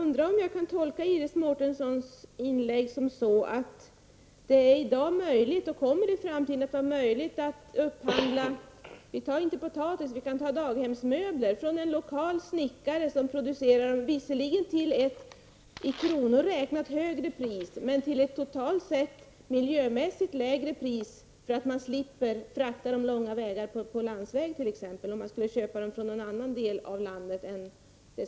Herr talman! Jag tolkar Iris Mårtenssons inlägg så att det i dag är möjligt och att det också i framtiden kommer att vara möjligt att upphandla daghemsmöbler -- för att ta ett annat exempel än potatis -- från en lokal snickare som producerar dem till ett pris som visserligen är högre i kronor räknat men som totalt sett är miljömässigt lägre, eftersom man t.ex. slipper frakta dessa möbler långa sträckor på landsväg, vilket skulle vara nödvändigt om man köpte möblerna från en annan del av landet.